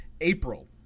April